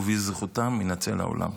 ובזכותם יינצל העולם.